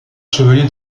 chevalier